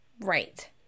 Right